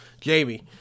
Jamie